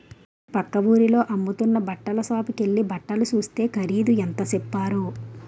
పక్క వూరిలో అమ్ముతున్న బట్టల సాపుకెల్లి బట్టలు సూస్తే ఖరీదు ఎంత సెప్పారో